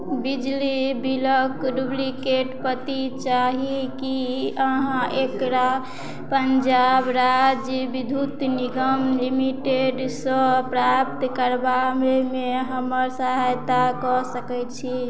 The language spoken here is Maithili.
बिजली बिलके डुप्लिकेट प्रति चाही कि अहाँ एकरा पञ्जाब राज्य विद्युत निगम लिमिटेडसे प्राप्त करबामे हमर सहायता कऽ सकै छी